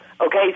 Okay